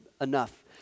enough